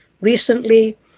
recently